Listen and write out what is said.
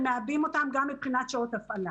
ומעבים אותם גם מבחינת שעות הפעלה.